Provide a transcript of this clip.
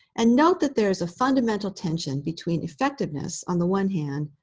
and note that there's a fundamental tension between effectiveness, on the one hand,